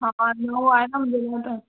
हा नओ आहे न बिल्कुलु त